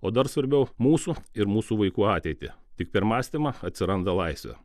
o dar svarbiau mūsų ir mūsų vaikų ateitį tik per mąstymą atsiranda laisvė